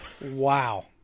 wow